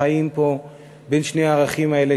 חיים אתם פה בין שני הערכים האלה,